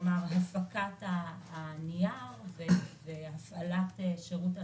כלומר הפקת הנייר והפעלת שירות הלקוחות,